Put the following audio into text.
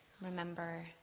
Remember